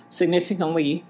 significantly